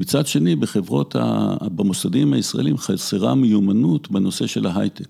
מצד שני, בחברות, במוסדים הישראלים חסרה מיומנות בנושא של ההייטק.